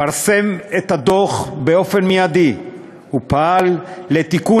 פרסם את הדוח באופן מיידי ופעל לתיקון